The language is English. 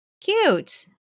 cute